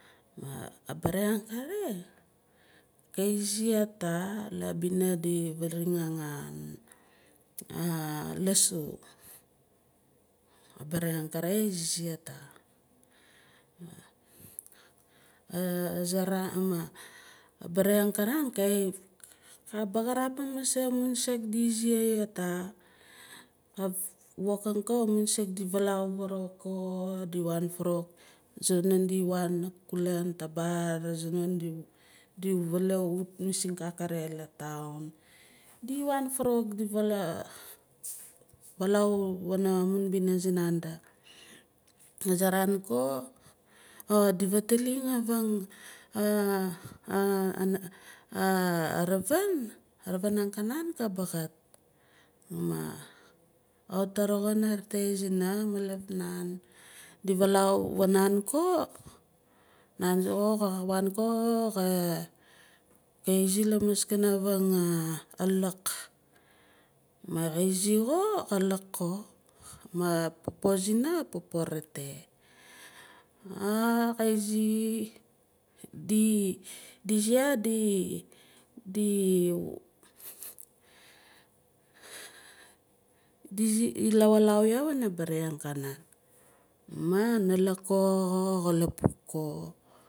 Abere ang kare xa izi hata la bina di viring lassu abere angkare xa izi hata abere ang anan xa bagarapim masei amun saak di izi hata xa wokang ko amun saak ko di vaalau varawuk ko di wan varawuk aza non di wan kula tabar, aza non di valau wut mising kere la taun. Di wan varawuk di vala valau wana mun bina sinande. Aza raan ko di vaataling aravin aravin ang ka naan ka baxaat ma xawit a roxin arete zina maluf naan di valaau vaanaan ko naan soxo xa wan ko xa izi lamaas avaang laak ma ka izi xo ka luk xo ma popo ziina apopo retei. Ma ka izi di izi ya di (ter) di izi lawalau ya wana bere ang ka naan. Ma anakik ko zo xa lapuk ko.